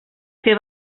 que